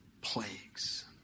plagues